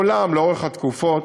מעולם, לאורך התקופות,